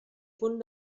punt